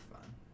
fun